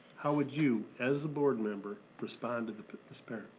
how would you, as a board member, respond to this parent?